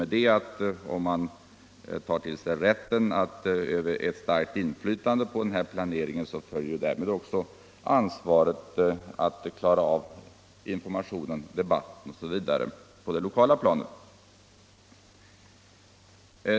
Den som tar sig rätt att öva inflytande på planeringen har också ansvar för att klara av information, debatt osv. på det lokala planet.